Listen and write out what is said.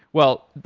well,